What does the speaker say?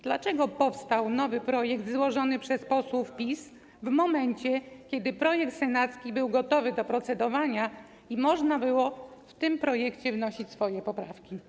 Dlaczego powstał nowy projekt złożony przez posłów PiS w momencie, kiedy projekt senacki był gotowy do procedowania i można było do tego projektu wnosić swoje poprawki?